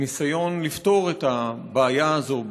יחד ניסיון לפתור את הבעיה הזו,